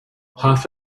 half